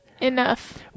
Enough